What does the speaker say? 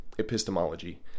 Epistemology